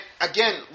again